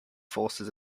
forces